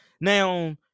Now